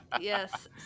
yes